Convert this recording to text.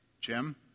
Jim